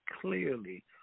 clearly